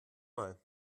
mal